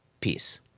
peace